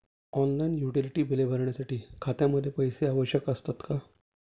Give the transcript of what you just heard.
Online utility बिले भरण्यासाठी खात्यामध्ये पैसे आवश्यक असतात का?